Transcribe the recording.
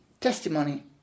testimony